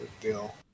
deal